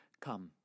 Come